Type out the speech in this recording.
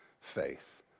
faith